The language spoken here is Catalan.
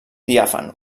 diàfan